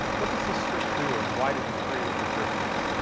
what does this script do, and why did you create it in the first place?